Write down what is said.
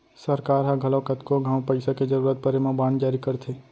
सरकार ह घलौ कतको घांव पइसा के जरूरत परे म बांड जारी करथे